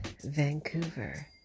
Vancouver